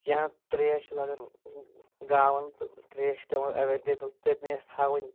یا تریش چھِ لگان گاون تہٕ تریش چھِ پیوان اویلیبل تتنی اَسہِ تھاؤنۍ